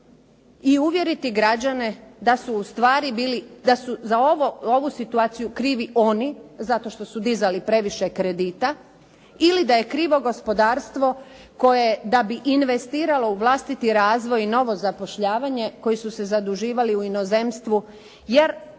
i uvjeriti građane da su za ovu situaciju krivi oni zato što su dizali previše kredita ili da je krivo gospodarstvo koje da bi investiralo u vlastiti razvoj i novo zapošljavanje, koji su se zaduživali u inozemstvu jer